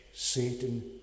Satan